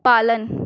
पालन